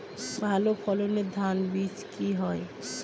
ভালো ফলনের ধান বীজ কি?